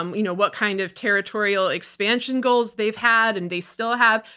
um you know what kind of territorial expansion goals they've had and they still have.